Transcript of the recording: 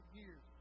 years